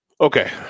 Okay